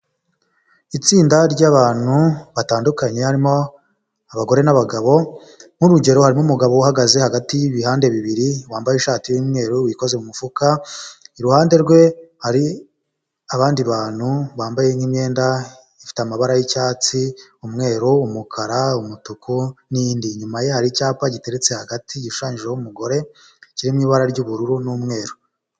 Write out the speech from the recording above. Itsinda ry'abantu batandukanye, harimo, abagore, n'abagabo nk'urugero hari umugabo uhagaze hagati y'ibihande bibiri, wambaye ishati y'umweru wikoze mu mufuka, iruhande rwe hari abandi bantu bambaye nk'imyenda ifite amabara y'icyatsi umweru, umukara, umutuku n'indi, inyuma ya icyapa giteretse hagati igishushanyijeho'umugore kiririmo ibara ry'ubururu n'umweru.